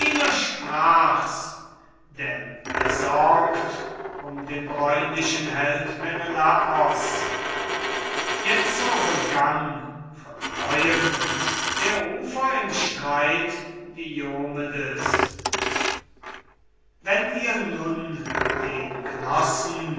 er sorgt um den bräunlichen held menelaos jetzo begann von neuem der rufer im streit diomedes wenn ihr nun den genossen